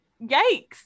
yikes